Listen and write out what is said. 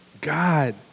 God